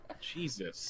Jesus